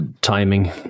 Timing